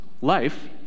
life